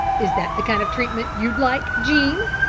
is that the kind of treatment you'd like, jean?